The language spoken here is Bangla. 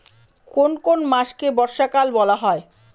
কোন কোন মাসকে বর্ষাকাল বলা হয়?